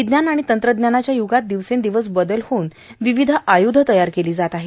विज्ञान आणि तंत्रज्ञानाच्या य्गात दिवसेंदिवस बदल होऊन विविध आय्ध तयार केलं जात आहेत